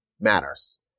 matters